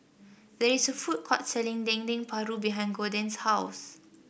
there is a food court selling Dendeng Paru behind Gorden's house